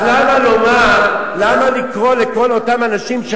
אז למה לקרוא לכל אותם אנשים,